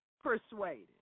persuaded